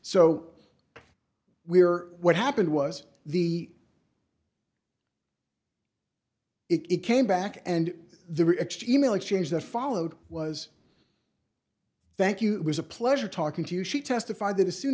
so we're what happened was the it came back and the e mail exchange that followed was thank you was a pleasure talking to you she testified that as soon